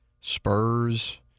Spurs